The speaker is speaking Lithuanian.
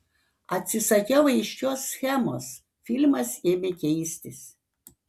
atsisakiau aiškios schemos filmas ėmė keistis